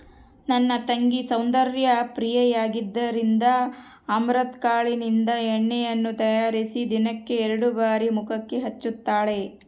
ನನ್ನ ತಂಗಿ ಸೌಂದರ್ಯ ಪ್ರಿಯೆಯಾದ್ದರಿಂದ ಅಮರಂತ್ ಕಾಳಿನಿಂದ ಎಣ್ಣೆಯನ್ನು ತಯಾರಿಸಿ ದಿನಕ್ಕೆ ಎರಡು ಬಾರಿ ಮುಖಕ್ಕೆ ಹಚ್ಚುತ್ತಾಳೆ